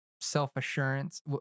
self-assurance